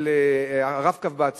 של ה"רב-קו" בעצמו,